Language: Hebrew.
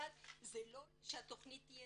שהתכנית תהיה